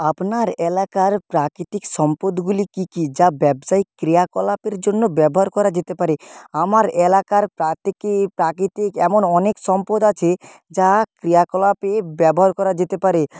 আপনার এলাকার প্রাকৃতিক সম্পদগুলি কী কী যা ব্যবসায়ীক ক্রিয়াকলাপের জন্য ব্যবহার করা যেতে পারে আমার এলাকার প্রাকৃতিক এমন অনেক সম্পদ আছে যা ক্রিয়াকলাপে ব্যবহার করা যেতে পারে